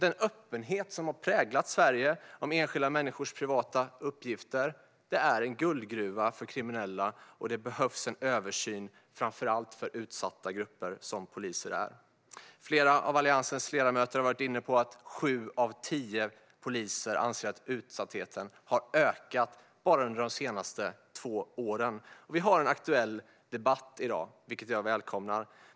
Den öppenhet som har präglat Sverige när det gäller enskilda människors privata uppgifter är en guldgruva för kriminella. Det behövs en översyn, framför allt för utsatta grupper, som polisen är. Flera av Alliansens ledamöter har varit inne på att sju av tio poliser anser att utsattheten har ökat bara under de senaste två åren. Vi har en aktuell debatt i dag, vilket jag välkomnar.